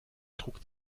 druck